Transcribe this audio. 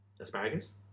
Asparagus